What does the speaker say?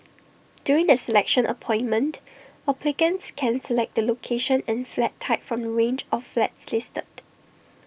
during the selection appointment applicants can select the location and flat type from the range of flats listed